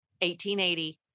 1880